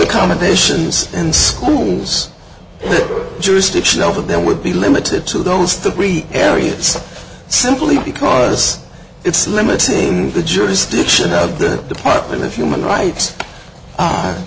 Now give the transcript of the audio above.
accommodations and schools in that jurisdiction over there would be limited to those three areas simply because it's limiting the jurisdiction of the department of human rights